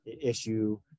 issue